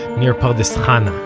near pardes so chana.